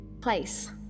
place